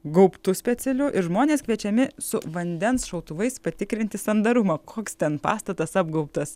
gaubtu specialiu ir žmonės kviečiami su vandens šautuvais patikrinti sandarumą koks ten pastatas apgaubtas